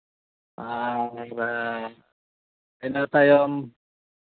ᱟᱨ ᱤᱱᱟᱹ ᱛᱟᱭᱚᱢ